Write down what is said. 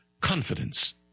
confidence